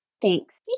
Thanks